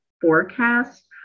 forecast